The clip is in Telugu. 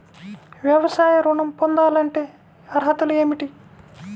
వ్యవసాయ ఋణం పొందాలంటే అర్హతలు ఏమిటి?